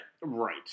Right